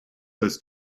this